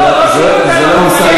אנחנו לא צפון-קוריאה.